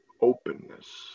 openness